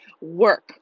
work